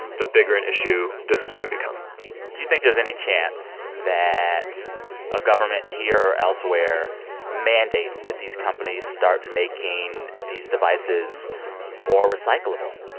the bigger an issue this is going to become do you think there's any chance that a government here or elsewhere mandates that these companies start making these devices more recyclable?